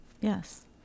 yes